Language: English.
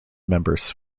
members